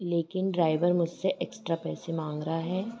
लेकिन ड्राइवर मुझसे एक्स्ट्रा पैसे माँग रहा है